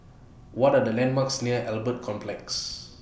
What Are The landmarks near Albert Complex